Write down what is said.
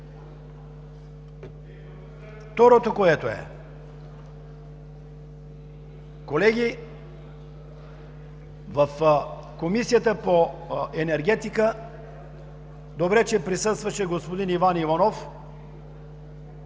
Второ, колеги, в Комисията по енергетика добре, че присъстваше господин Иван Иванов.